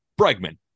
Bregman